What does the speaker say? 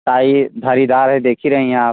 tie धारीदार है देख ही रहीं हैं आप